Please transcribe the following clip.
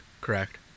correct